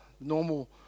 normal